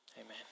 Amen